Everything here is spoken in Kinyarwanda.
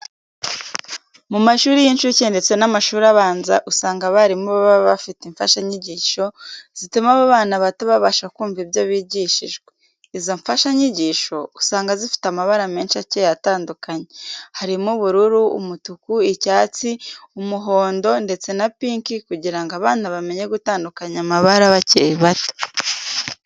Mu mashuri y'incuke ndetse n'amashuri abanza, usanga abarimu baba bafite imfashanyigisho zituma abo bana bato babasha kumva ibyo bigishijwe. Izo mfashanyigisho, usanga zifite amabara menshi akeye atandukanye, harimo ubururu, umutuku, icyatsi, umuhondo, ndetse na pinki kugira ngo abana bamenye gutandukanya amabara bakiri bato.